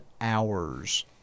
hours